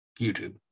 YouTube